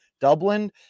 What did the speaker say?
Dublin